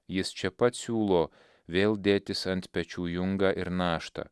jis čia pat siūlo vėl dėtis ant pečių jungą ir naštą